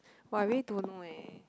!wah! I really don't know eh